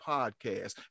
Podcast